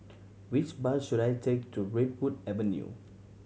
which bus should I take to Redwood Avenue